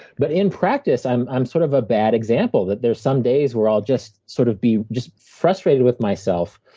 but in practice, i'm i'm sort of a bad example, that there's some days where i'll just sort of be just frustrated with myself.